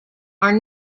are